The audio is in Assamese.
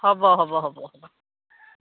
হ'ব হ'ব হ'ব হ'ব